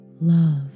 love